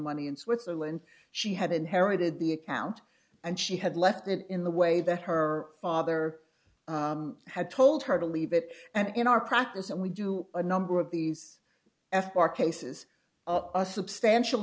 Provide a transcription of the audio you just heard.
money in switzerland she had inherited the account and she had left it in the way that her father had told her to leave it and in our practice and we do a number of these f r cases a substantial